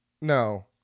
no